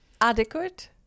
Adequate